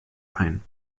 ein